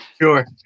sure